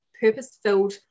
purpose-filled